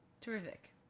Terrific